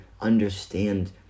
understand